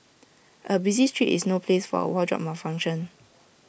A busy street is no place for A wardrobe malfunction